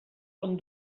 bon